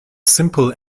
simple